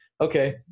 okay